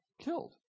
Killed